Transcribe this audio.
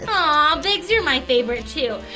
ahhh, biggs you're my favorite too.